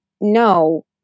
No